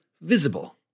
Visible